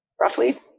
roughly